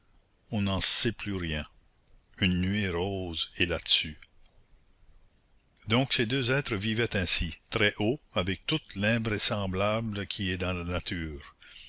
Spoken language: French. on n'en sait plus rien une nuée rose est là-dessus donc ces deux êtres vivaient ainsi très haut avec toute l'invraisemblance qui est dans la nature